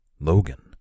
Logan